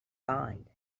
find